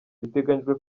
biteganyijwe